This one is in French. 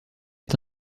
est